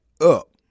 up